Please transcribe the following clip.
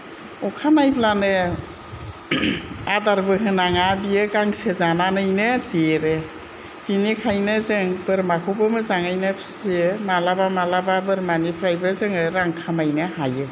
अखा नायब्लानो आदारबो होनाङा बियो गांसो जानानैनो देरो बिनिखायनो जों बोरमाखौबो मोजांयैनो फिसियो मालाबा मालाबा बोरमानिफ्रायबो जोङो रां खामायनो हायो